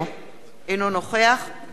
אינו נוכח רונית תירוש,